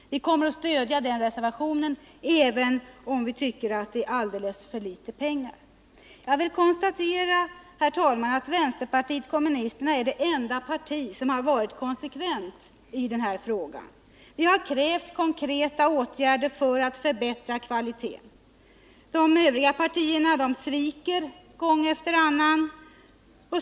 Vi kommer att stödja socialdemokraternas reservation, även om vi tycker att det är alldeles för litet pengar. Jag kan konstatera, herr talman, att vänsterpartiet kommunisterna är det enda parti som har varit konsekvent i denna fråga. Vi har krävt konkreta åtgärder för att förbättra kvaliteten. De övriga partierna sviker gång efter annan.